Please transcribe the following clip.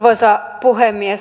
arvoisa puhemies